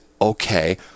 okay